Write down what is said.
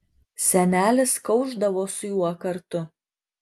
senelis kaušdavo su juo kartu